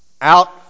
out